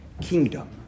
kingdom